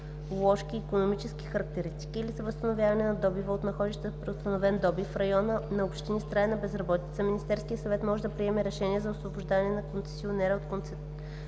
и икономически характеристики или за възстановяване на добива от находища с преустановен добив в района на общини с трайна безработица Министерският съвет може да приеме решение за освобождаване на концесионера от концесионно